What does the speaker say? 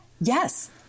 Yes